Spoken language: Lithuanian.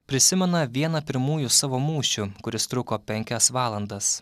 prisimena vieną pirmųjų savo mūšių kuris truko penkias valandas